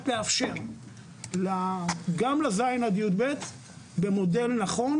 לאפשר גם לכיתות ז' עד י"ב במודל נכון